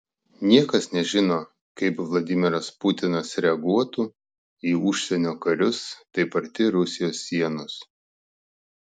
niekas nežino kaip vladimiras putinas reaguotų į užsienio karius taip arti rusijos sienos